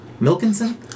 Milkinson